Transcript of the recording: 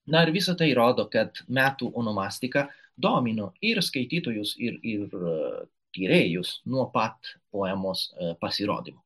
na ir visa tai rodo kad metų onomastika domino ir skaitytojus ir ir tyrėjus nuo pat poemos pasirodymo